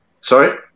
Sorry